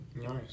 nice